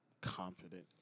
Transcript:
confident